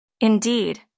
Indeed